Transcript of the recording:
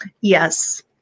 Yes